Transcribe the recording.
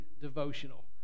devotional